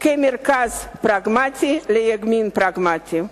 כמרכז פרגמטי, לימין פרגמטי.